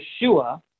yeshua